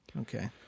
Okay